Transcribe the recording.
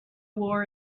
war